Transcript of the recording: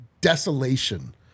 desolation